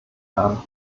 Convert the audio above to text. haben